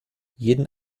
jeden